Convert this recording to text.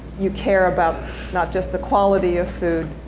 you care about not just the quality of food,